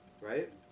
right